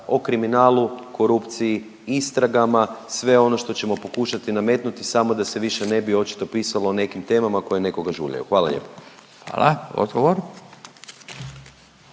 o kriminalu, korupciji, istragama, sve ono što ćemo pokušati nametnuti, samo da se više ne bi očito pisalo nekim temama koje nekoga žuljaju. Hvala lijepo. **Radin,